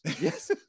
Yes